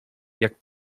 jak